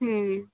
ᱦᱩᱸᱻ